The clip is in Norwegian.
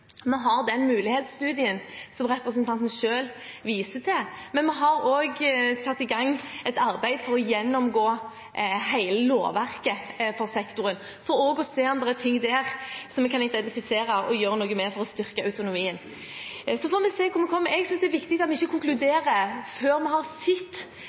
Vi har den mulighetsstudien som representanten selv viste til. Men vi har også satt i gang et arbeid for å gjennomgå hele lovverket for sektoren for også å se om det er ting der som vi kan identifisere og gjøre noe med for å styrke autonomien. Og så får vi se hvor vi kommer. Jeg synes det er viktig at vi ikke konkluderer før vi har sett